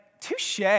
touche